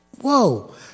Whoa